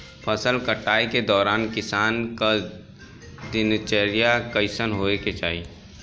फसल कटाई के दौरान किसान क दिनचर्या कईसन होखे के चाही?